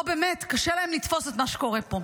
או באמת קשה להם לתפוס את מה שקורה פה.